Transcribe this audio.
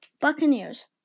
Buccaneers